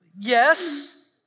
Yes